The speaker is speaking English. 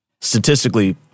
statistically